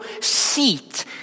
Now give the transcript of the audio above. seat